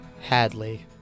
Hadley